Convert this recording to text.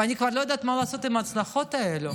ואני כבר לא יודעת מה לעשות עם ההצלחות האלה,